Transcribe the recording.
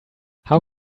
how